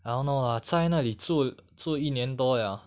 I don't know ah 在那里住住一年多 liao